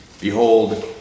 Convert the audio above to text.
Behold